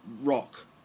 rock